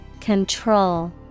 Control